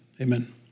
amen